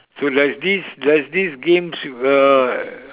so there's this there's this games you uh